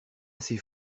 assez